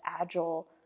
agile